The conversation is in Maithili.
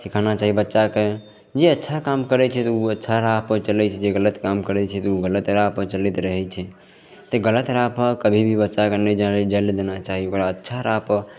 सिखाना चाही बच्चाके जे अच्छा काम करै छै तऽ ओ अच्छा राहपर चलै छै जे गलत काम करै छै तऽ ओ गलत राहपर चलैत रहै छै तऽ गलत राहपर कभी भी बच्चाके नहि जाए ले देना चाही ओकरा अच्छा राहपर